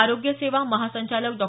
आरोग्य सेवा महासंचालक डॉ